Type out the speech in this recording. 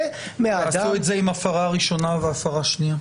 תעשו את זה עם הפרה ראשונה והפרה שנייה.